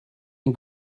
ein